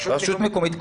רשות מקומית.